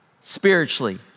spiritually